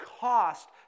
cost